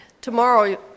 tomorrow